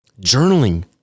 Journaling